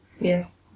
yes